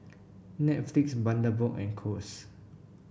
Netflix Bundaberg and Kose